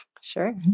Sure